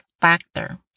factor